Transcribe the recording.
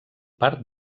part